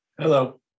Hello